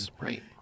Right